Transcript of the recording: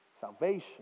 salvation